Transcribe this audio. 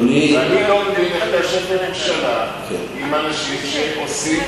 אני לא מבין איך אתה יושב בממשלה עם אנשים שעושים